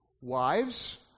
Wives